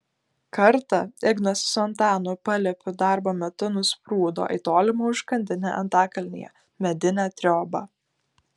kartą ignas su antanu paliepiu darbo metu nusprūdo į tolimą užkandinę antakalnyje medinę triobą